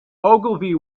ogilvy